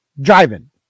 driving